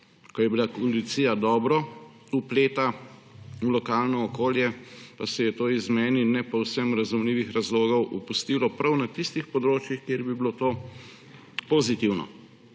ko je bila policija dobro vpeta v lokalno okolje, pa si je to iz meni ne povsem razumljivih razlogov opustilo prav na tistih področjih, kjer bi bilo to pozitivno.